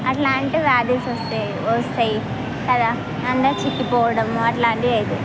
అట్లాంటి వ్యాధిస్ వస్తాయి వస్తాయి కదా అంత చిక్కిపోవడము అట్లాంటివి అవుతాయి